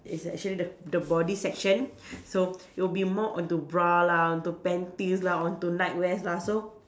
is actually the the body section so it'll be more onto bra lah onto panties lah onto nightwears lah so